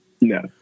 No